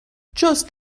just